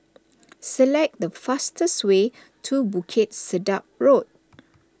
select the fastest way to Bukit Sedap Road